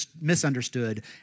misunderstood